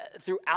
Throughout